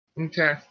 Okay